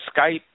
Skype